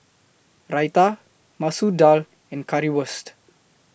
Raita Masoor Dal and Currywurst